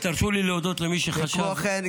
ותרשו לי להודות למי שחשב והכין --- וכמו כן,